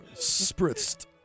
spritzed